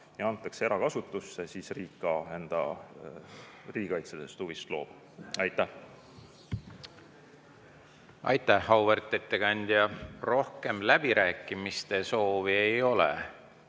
see antakse erakasutusse, siis riik enda riigikaitselisest huvist loobub. Aitäh! Aitäh, auväärt ettekandja! Rohkem läbirääkimiste soovi ei ole,